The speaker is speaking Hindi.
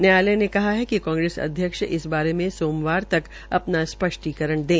न्यायालय ने कहा है कि कांग्रेस अध्यक्ष इस बारे में सोमवार तक अपना स्पष्टीकरण दें